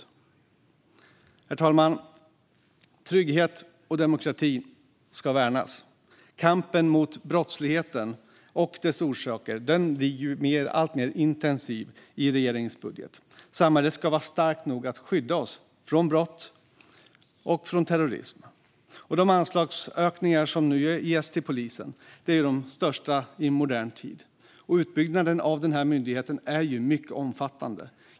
Herr talman! Trygghet och demokrati ska värnas. Kampen mot brottsligheten och dess orsaker blir alltmer intensiv i regeringens budget. Samhället ska vara starkt nog att skydda oss från brott och från terrorism. De anslagsökningar som nu ges till polisen är de största i modern tid. Utbyggnaden av myndigheten är mycket omfattande.